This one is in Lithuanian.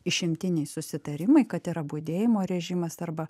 išimtiniai susitarimai kad yra budėjimo režimas arba